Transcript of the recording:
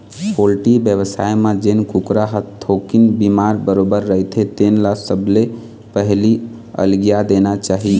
poultry बेवसाय म जेन कुकरा ह थोकिन बिमार बरोबर रहिथे तेन ल सबले पहिली अलगिया देना चाही